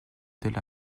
telle